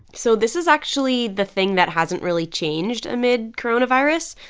so this is actually the thing that hasn't really changed amid coronavirus.